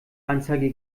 anzeige